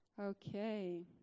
Okay